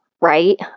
right